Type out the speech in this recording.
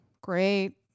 great